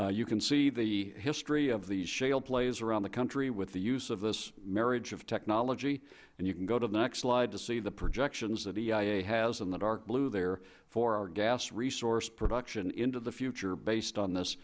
slide you can see the history of the shale plays around the country with the use of this marriage of technology and you can go to the next slide to see the projections that eia has in the dark blue there for our gas resource production into the future based on this